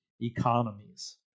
economies